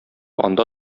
анда